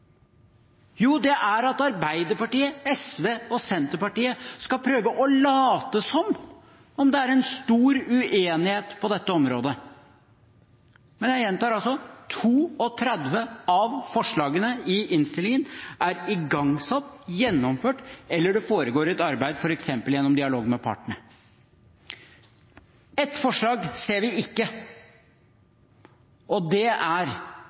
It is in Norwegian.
Jo, det handler om at Arbeiderpartiet, SV og Senterpartiet skal prøve å late som om det er en stor uenighet på dette området. Men jeg gjentar: 32 av forslagene i innstillingen er igangsatt, er gjennomført – eller det foregår et arbeid f.eks. gjennom dialog med partene. Ett forslag ser vi ikke, og det